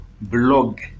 blog